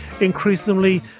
increasingly